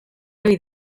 ohi